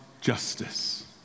justice